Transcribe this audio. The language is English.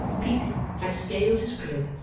peepy had scaled his crib,